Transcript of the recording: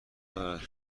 دارد